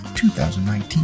2019